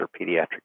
pediatric